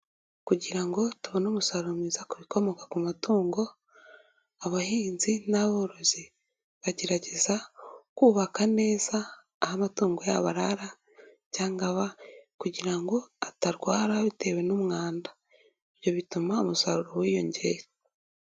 Kugira ngo tubone umusaruro mwiza ku bikomoka ku matungo abahinzi n'aborozi bagerageza kubaka neza aho amatungo yabo arara cyangwa aba kugira ngo atarwara bitewe n'umwanda, ibyo bituma umusaruro wiyongera.